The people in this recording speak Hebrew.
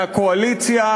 מהקואליציה,